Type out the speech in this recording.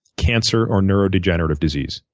cancer or neurodegenerative disease,